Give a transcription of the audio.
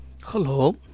Hello